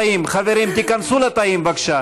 המוגבלות הזאת גורמת לכך שיש בעיה בפה ובלסת.